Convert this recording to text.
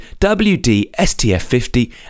WDSTF50